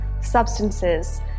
substances